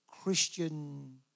Christian